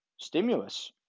stimulus